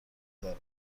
دارد